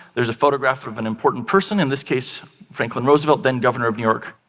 there's a photograph of an important person, in this case franklin roosevelt, then-governor of new york.